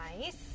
Nice